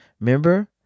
Remember